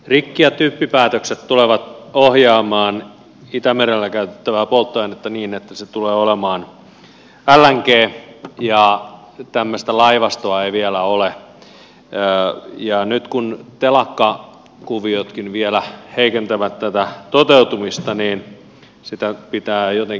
rikki ja typpipäätökset tulevat ohjaamaan itämerellä käytettävää polttoainetta niin että se tulee olemaan lng ja tämmöistä laivastoa ei vielä ole ja nyt kun telakkakuviotkin vielä heikentävät tätä toteutumista niin sitä pitää jotenkin kompensoida